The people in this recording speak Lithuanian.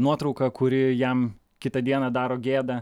nuotrauką kuri jam kitą dieną daro gėdą